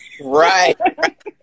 Right